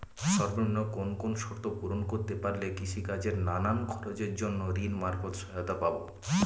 সর্বনিম্ন কোন কোন শর্ত পূরণ করতে পারলে কৃষিকাজের নানান খরচের জন্য ঋণ মারফত সহায়তা পাব?